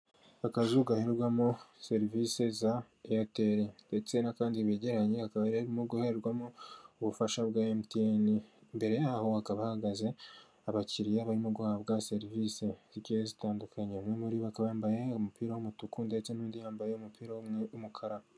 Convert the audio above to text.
Akazu gaherwamo serivisi za airtel ndetse n'akandi byegeranye, kakaba karimo guherwamo ubufasha bwa MTN, imbere yaho hakaba hahagaze abakiriya barimo guhabwa serivisi zitandukanye, bambaye umupira w'umutuku ndetse n'undi yambaye umupira w'umukara.